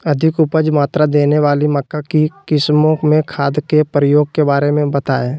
अधिक उपज मात्रा देने वाली मक्का की किस्मों में खादों के प्रयोग के बारे में बताएं?